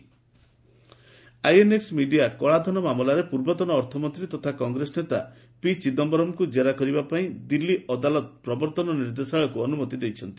court Chidambaram INX media କଳାଧନ ମାମଲାରେ ପୂର୍ବତନ ଅର୍ଥମନ୍ତ୍ରୀ ତଥା କଂଗ୍ରେସ ନେତା ପି ଚିଦମ୍ବରମ୍ଙ୍କୁ ଜେରା କରିବା ପାଇଁ ଦିଲ୍ଲୀ ଅଦାଲତ ପ୍ରବର୍ତ୍ତନ ନିର୍ଦ୍ଦେଶାଳୟକୁ ଅନୁମତି ଦେଇଛନ୍ତି